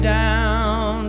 down